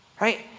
Right